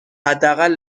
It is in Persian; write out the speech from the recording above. حداقل